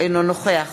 אינו נוכח